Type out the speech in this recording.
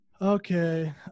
Okay